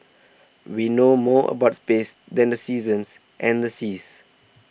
we know more about space than the seasons and the seas